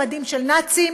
במדים של נאצים,